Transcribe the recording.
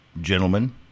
gentlemen